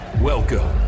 Welcome